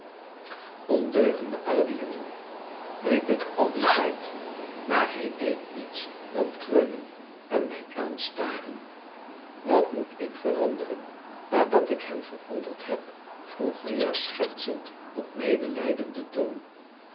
ondeugende oude jongen riep ik al dien tijd maar hij deed niets dan kreunen en mij aanstaren wat moet ik veranderen nadat ik he m veranderd heb vroeg riah schertsend op medelijden toon